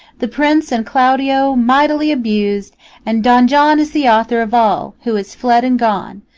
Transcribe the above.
the prince and claudio mightily abused and don john is the author of all, who is fled and gone.